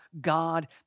God